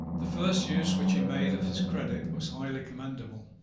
the first use which he made of his credit was highly commendable.